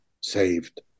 saved